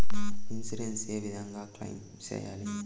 Insurance ఏ విధంగా claim సేయాలి?